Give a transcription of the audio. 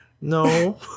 No